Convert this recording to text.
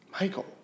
Michael